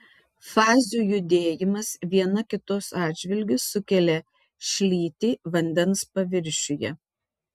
fazių judėjimas viena kitos atžvilgiu sukelia šlytį vandens paviršiuje